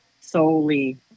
solely